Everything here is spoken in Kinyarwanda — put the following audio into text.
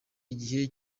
igihe